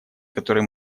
который